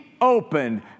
opened